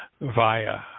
via